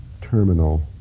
terminal